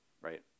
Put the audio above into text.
right